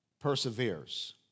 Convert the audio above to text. perseveres